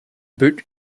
boot